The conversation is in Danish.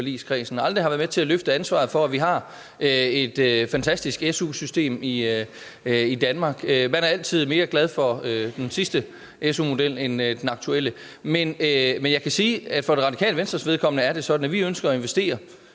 aldrig været med til at løfte ansvaret for, at vi har et fantastisk SU-system i Danmark. Man er altid mere glad for den sidste SU-model end den aktuelle. Men jeg kan sige, at for Det Radikale Venstres vedkommende er det sådan, at vi ønsker at investere